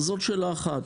זו שאלה אחת.